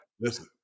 listen